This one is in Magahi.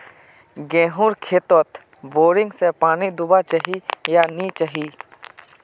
गेँहूर खेतोत बोरिंग से पानी दुबा चही या नी चही?